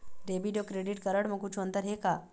Debit अऊ credit card म कुछू अंतर हे का?